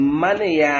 money